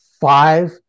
five